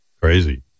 Crazy